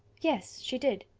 yes, she did.